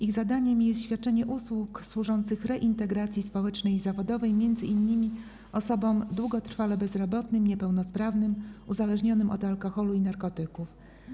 Ich zadaniem jest świadczenie usług służących reintegracji społecznej i zawodowej m.in. osobom długotrwale bezrobotnym, niepełnosprawnym, uzależnionym od alkoholu i narkotyków.